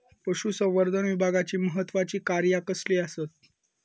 पशुसंवर्धन विभागाची महत्त्वाची कार्या कसली आसत?